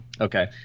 Okay